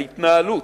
להתנהלות.